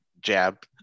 jab